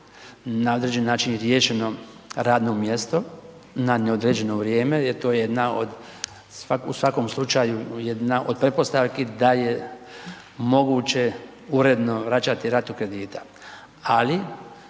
na određeni način riješeno radno mjesto na neodređeno vrijeme jer to je jedna od u svakom slučaju, jedna od pretpostavki da je moguće uredno vraćati ratu kredita ali